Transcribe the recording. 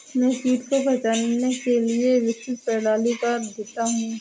मैं कीट को पहचानने के लिए विकसित प्रणाली का अध्येता हूँ